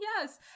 Yes